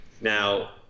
Now